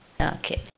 Okay